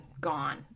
gone